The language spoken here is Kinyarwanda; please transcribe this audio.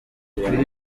kuri